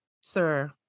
sir